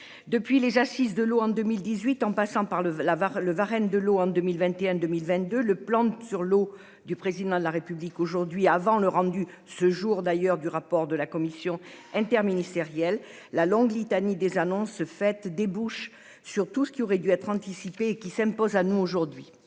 Depuis, les assises de l'eau en 2018 en passant par le l'Avare le Varenne, de l'eau en 2021 2022, le plan sur l'eau, du président de la république aujourd'hui avant le rendu ce jour d'ailleurs du rapport de la Commission interministérielle la longue litanie des annonces faites débouche sur tout ce qui aurait dû être anticipé qui s'impose à nous, aujourd'hui